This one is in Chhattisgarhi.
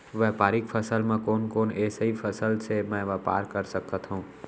व्यापारिक फसल म कोन कोन एसई फसल से मैं व्यापार कर सकत हो?